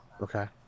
Okay